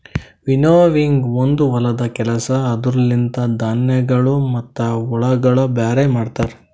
winnowing ಒಂದು ಹೊಲದ ಕೆಲಸ ಅದುರ ಲಿಂತ ಧಾನ್ಯಗಳು ಮತ್ತ ಹುಳಗೊಳ ಬ್ಯಾರೆ ಮಾಡ್ತರ